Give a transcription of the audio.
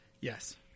yes